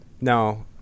No